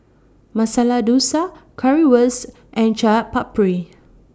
Masala Dosa Currywurst and Chaat Papri